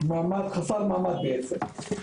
חסר מעמד בעצם.